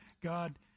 God